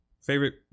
favorite